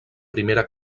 primera